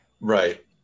right